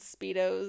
Speedos